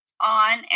on